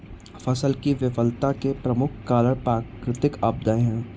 फसल की विफलता के प्रमुख कारक प्राकृतिक आपदाएं हैं